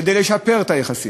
כדי לשפר את היחסים.